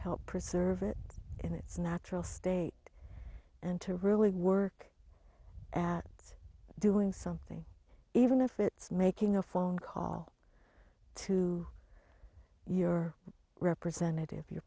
help preserve it in its natural state and to really work at doing something even if it's making a phone call to your representative your